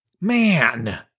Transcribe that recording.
Man